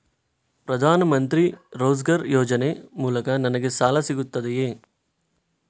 ಪ್ರದಾನ್ ಮಂತ್ರಿ ರೋಜ್ಗರ್ ಯೋಜನೆ ಮೂಲಕ ನನ್ಗೆ ಸಾಲ ಸಿಗುತ್ತದೆಯೇ?